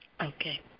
Okay